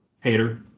Hater